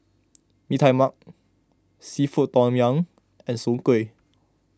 Mee Tai Mak Seafood Tom Yum and Soon Kway